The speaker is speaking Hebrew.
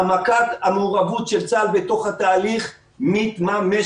העמקת המעורבות של צה"ל בתוך התהליך מתממשת.